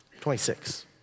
26